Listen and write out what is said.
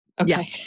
Okay